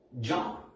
John